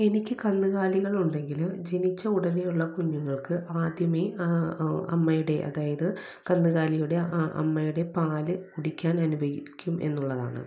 എനിക്ക് കന്നുകാലികളുണ്ടെങ്കില് ജനിച്ച ഉടനേയുള്ള കുഞ്ഞുങ്ങൾക്ക് ആദ്യമേ ആ അമ്മയുടെ അതായത് കന്നുകാലിയുടെ അമ്മയുടെ പാല് കുടിക്കാൻ അനുവദിക്കും എന്നുള്ളതാണ്